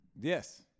Yes